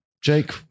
Jake